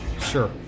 Sure